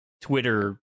Twitter